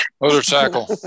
Motorcycle